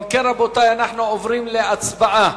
אם כן, רבותי, אנחנו עוברים להצבעה.